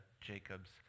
Jacob's